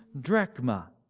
drachma